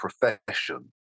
profession